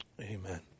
Amen